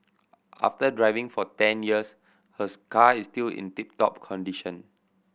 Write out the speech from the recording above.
after driving for ten years hers car is still in tip top condition